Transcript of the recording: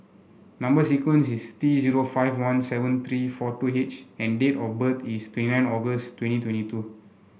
number sequence is T zero five one seven three four two H and date of birth is twenty nine August twenty twenty two